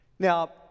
Now